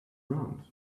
round